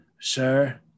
sir